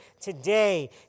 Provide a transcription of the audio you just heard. Today